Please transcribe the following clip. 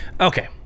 Okay